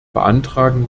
beantragen